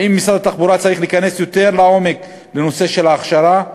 האם משרד התחבורה צריך להיכנס יותר לעומק בנושא של ההכשרה?